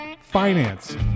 finance